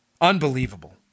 Unbelievable